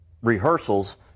rehearsals